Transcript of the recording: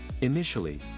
Initially